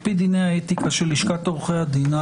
על פי דיני האתיקה של לשכת עורכי הדין,